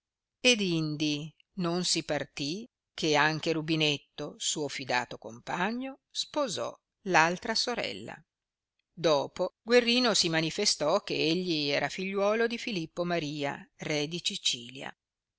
ed indi non si partì che anche rubinetto suo fidato compagno sposò l'altra sorella dopo guerrino si manifestò che egli era figliuolo di filippo maria re di sicilia